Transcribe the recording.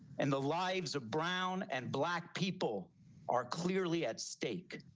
and the lives of brown and black people are clearly at stake.